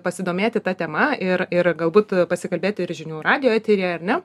pasidomėti ta tema ir ir galbūt pasikalbėti ir žinių radijo eteryje ar ne